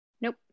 Nope